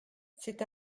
c’est